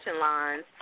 lines